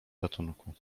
ratunku